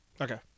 Okay